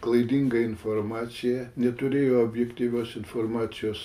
klaidinga informacija neturėjo objektyvios informacijos